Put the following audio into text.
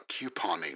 couponing